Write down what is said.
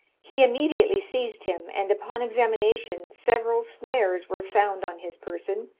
he immediately seized him, and upon examination, several snares were found on his person.